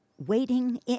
Waiting